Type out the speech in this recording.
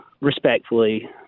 respectfully